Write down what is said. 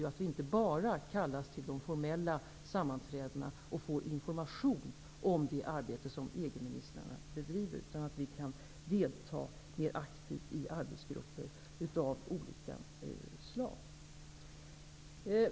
Vi skall inte bara kallas till de formella sammanträdena och få information om det arbete som EG-ministrarna bedriver, utan vi skall kunna delta mer aktivt i arbetsgrupper av olika slag.